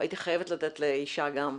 הייתי חייבת לתת לאישה גם.